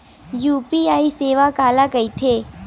UPI सेवा काला कइथे?